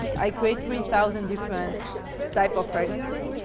i've created three thousand different types of fragrances,